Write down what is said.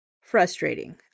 Frustrating